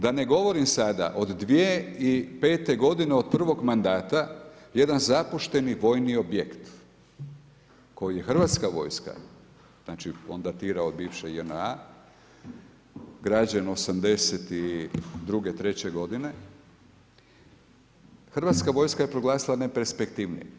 Da ne govorim sada od 2005. godine od prvog mandata jedan zapušteni vojni objekt koji je Hrvatska vojska, znači on datira od bivše JNA građen '82., treće godine Hrvatska vojska je proglasila neperspektivnim.